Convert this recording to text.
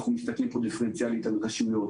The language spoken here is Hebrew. אנחנו מסתכלים כאן דיפרנציאלית על רשויות,